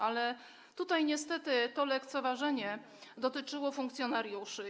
Ale tutaj niestety to lekceważenie dotyczyło funkcjonariuszy.